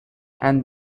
and